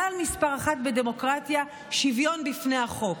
כלל מס' אחת בדמוקרטיה: שוויון בפני החוק.